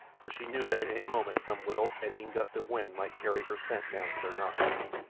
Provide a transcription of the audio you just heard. for she knew that at any moment some little, eddying gust of wind might carry her scent down to their nostrils,